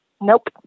Nope